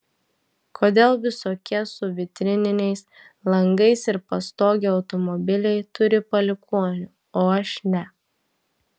kodėl visokie su vitrininiais langais ir pastoge automobiliui turi palikuonių o aš ne